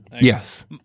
Yes